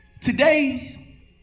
Today